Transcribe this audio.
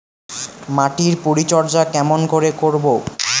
মাটির পরিচর্যা কেমন করে করব?